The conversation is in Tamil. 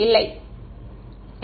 இல்லை சரி